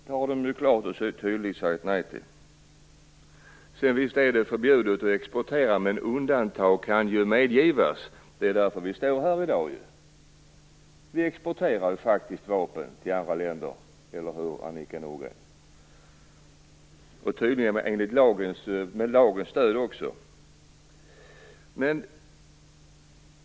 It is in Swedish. Det har de nu klart och tydligt sagt nej till. Visst är det förbjudet att exportera men undantag kan medgivas. Det är därför vi står här i dag. Vi exporterar faktiskt vapen till andra länder, eller hur Annika Nordgren, och tydligen med lagens stöd.